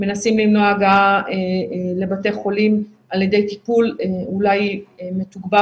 מנסים למנוע הגעה לבתי חולים על ידי טיפול אולי מתוגבר